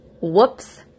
whoops